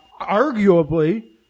Arguably